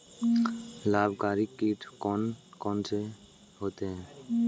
लाभकारी कीट कौन कौन से होते हैं?